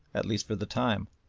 at least for the time.